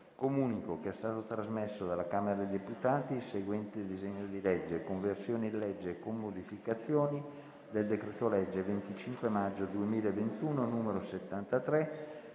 Comunico che è stato trasmesso dalla Camera dei deputati il seguente disegno di legge: «Conversione in legge, con modificazioni, del decreto-legge 25 maggio 2021, n. 73,